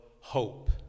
hope